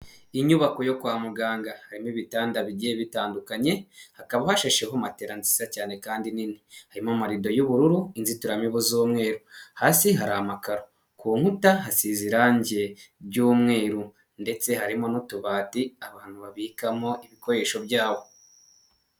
Iyi nyubako yo kwa muganga harimo ibitanda bigiye bitandukanye, hakaba hasheho matera nziza cyane kandi nini, harimo amarido y'ubururu inzitiramibu z'umweru hasi hari amakaro, ku nkuta hasize irangi by'umweru ndetse harimo n'utubati abantu babikamo ibikoresho byabo.